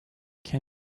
can